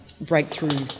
breakthrough